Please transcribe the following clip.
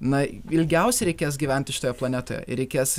na ilgiausiai reikės gyventi šitoje planetoje ir reikės